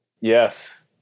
Yes